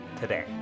today